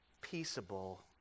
peaceable